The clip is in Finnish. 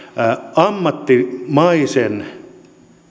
ammattimaisen